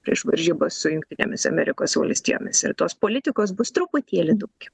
prieš varžybas su jungtinėmis amerikos valstijomis ir tos politikos bus truputėlį daugiau